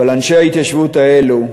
אבל אנשי ההתיישבות האלו,